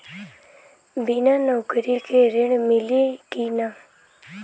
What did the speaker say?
बिना नौकरी के ऋण मिली कि ना?